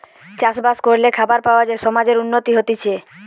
চাষ বাস করলে খাবার পাওয়া যায় সমাজের উন্নতি হতিছে